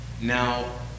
Now